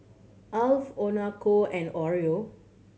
Alf Onkyo and Oreo